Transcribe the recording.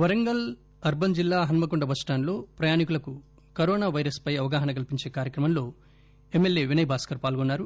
Warangal urban జిల్లా Hanamkonda bus stand లో ప్రయాణికులకు కరోనా పైరస్ పై అవగాహన కల్పించే కార్యక్రమంలో ఎమ్మెల్యే వినయ్ భాస్కర్ పాల్గొన్నారు